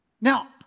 Now